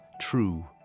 true